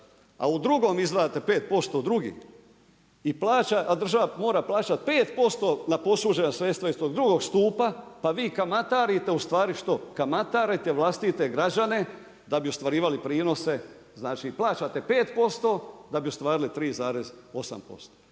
a u drugom izdvajate 5% u drugi a država mora plaćati 5% na posuđena sredstva iz tog drugog stupa, pa vi kamatarite u stvari što? Kamatarite vlastite građane da bi ostvarivali prinose, znači plaćate 5% da bi ostvarili 3,8%.